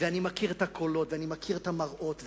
אני מכיר את הקולות ואני מכיר את המראות,